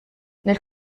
nel